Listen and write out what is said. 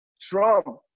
Trump